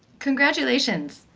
congratulations!